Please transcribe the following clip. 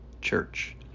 church